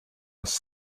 was